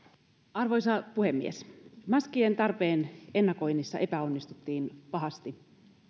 arvoisa puhemies maskien tarpeen ennakoinnissa epäonnistuttiin pahasti